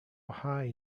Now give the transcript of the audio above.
hai